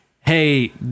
Hey